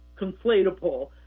conflatable